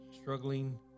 struggling